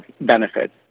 benefit